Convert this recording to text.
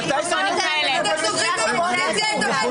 ממתי סוגרים לאופוזיציה את המיקרופונים?